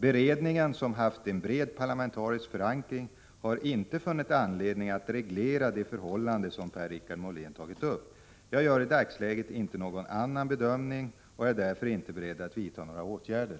Beredningen, som haft en bred parlamentarisk förankring, har inte funnit anledning att reglera det förhållande som Per-Richard Molén tagit upp. Jag gör i dagsläget inte någon annan bedömning och är därför inte beredd att vidta några åtgärder.